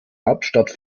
hauptstadt